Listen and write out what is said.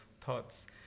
thoughts